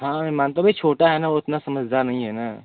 हाँ मानता हूँ छोटा है वह उतना समझदार नहीं है ना